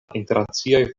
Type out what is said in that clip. internaciaj